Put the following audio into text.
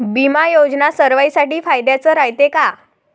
बिमा योजना सर्वाईसाठी फायद्याचं रायते का?